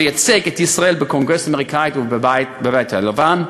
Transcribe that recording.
וייצג את ישראל בקונגרס האמריקני ובבית הלבן,